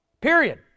Period